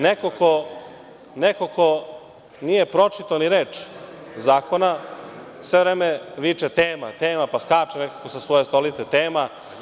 Neko ko nije pročitao ni reč zakona sve vreme viče - tema, tema, pa skače sa svoje stolice – tema.